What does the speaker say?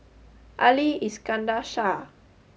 Ali Iskandar Shah